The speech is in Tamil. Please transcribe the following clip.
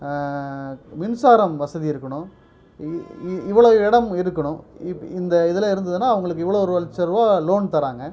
மின்சாரம் வசதி இருக்கணும் இ இ இவ்வளோ இடம் இருக்கணும் இப்போ இந்த இதில் இருந்துதுனா அவங்களுக்கு இவ்வளோ லட்சருபா லோன் தராங்க